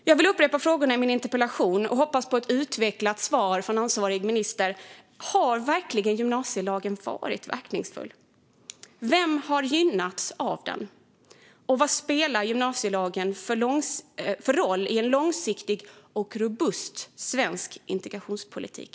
Jag vill upprepa frågorna i min interpellation och hoppas på ett utvecklat svar från ansvarig minister: Har verkligen gymnasielagen varit verkningsfull? Vem har gynnats av den, och vad spelar gymnasielagen för roll i en långsiktig och robust svensk integrationspolitik?